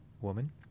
woman